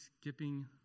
skipping